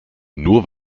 nur